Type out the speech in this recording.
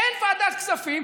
אין ועדת כספים,